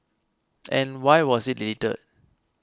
and why was it deleted